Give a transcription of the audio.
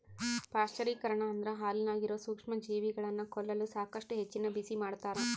ಪಾಶ್ಚರೀಕರಣ ಅಂದ್ರ ಹಾಲಿನಾಗಿರೋ ಸೂಕ್ಷ್ಮಜೀವಿಗಳನ್ನ ಕೊಲ್ಲಲು ಸಾಕಷ್ಟು ಹೆಚ್ಚಿನ ಬಿಸಿಮಾಡ್ತಾರ